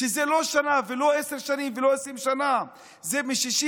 שזה לא שנה, לא עשר שנים ולא 20 שנה, זה מ-67'